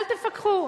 אל תפקחו,